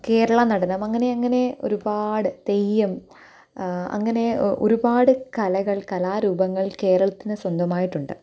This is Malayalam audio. കേരളാനടനം അങ്ങനെയങ്ങനെ ഒരുപാട് തെയ്യം അങ്ങനെ ഒ ഒരുപാട് കലകള് കലാരൂപങ്ങള് കേരളത്തിനു സ്വന്തമായിട്ടുണ്ട്